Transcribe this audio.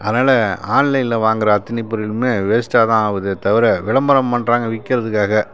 அதனால் ஆன்லைனில் வாங்கிற அத்தனி பொருளுமே வேஸ்ட்டாக தான் ஆகுதே தவிர விளம்பரம் பண்ணுறாங்க விற்கறதுக்காக